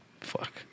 Fuck